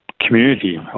community